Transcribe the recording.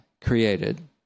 created